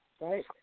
right